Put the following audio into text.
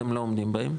אתם לא עומדים בהם.